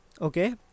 okay